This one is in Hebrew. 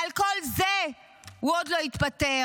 על כל זה הוא עוד לא התפטר.